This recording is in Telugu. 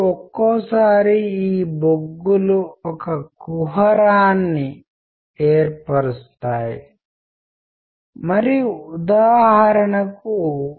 ఎన్కోడింగ్ మరియు డీకోడింగ్ కూడా డిజిటల్ స్థాయిలో జరుగుతాయి ఎందుకంటే మీరు సిగ్నల్ డిజిటల్ సిగ్నల్స్ పొందగలుగుతారు మరియు అవి మీ కోసం అనలాగ్ ఇమేజ్ను సృష్టిస్తుంది